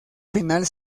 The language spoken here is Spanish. final